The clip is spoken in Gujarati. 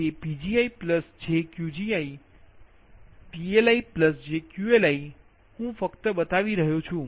તે Pgi jQgi PLi jQLi ફક્ત બતાવી રહ્યોછુ